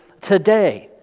today